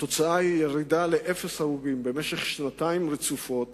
התוצאה היא ירידה לאפס הרוגים במשך שנתיים רצופות